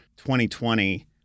2020